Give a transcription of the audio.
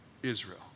Israel